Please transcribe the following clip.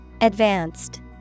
Advanced